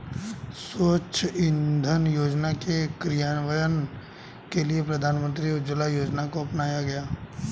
स्वच्छ इंधन योजना के क्रियान्वयन के लिए प्रधानमंत्री उज्ज्वला योजना को अपनाया गया